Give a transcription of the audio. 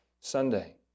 Sunday